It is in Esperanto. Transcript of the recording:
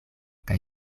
kaj